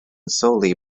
solely